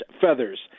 feathers